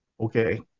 okay